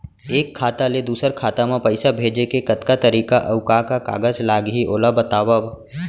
एक खाता ले दूसर खाता मा पइसा भेजे के कतका तरीका अऊ का का कागज लागही ओला बतावव?